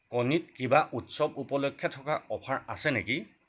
কণীত কিবা উৎসৱ উপলক্ষে থকা অফাৰ আছে নেকি